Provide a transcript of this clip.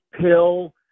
pill